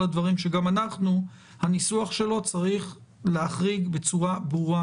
הדברים שגם אנחנו - הניסוח שלו צריך להחריג בצורה ברורה,